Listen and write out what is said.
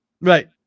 Right